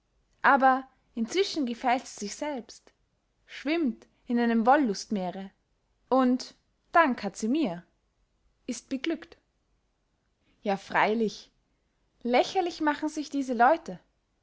aber inzwischen gefällt sie sich selbst schwimmt in einem wollustsmeere und dank hat sie mir ist beglückt ja freylich lächerlich machen sich diese leute